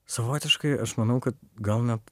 savotiškai aš manau kad gal net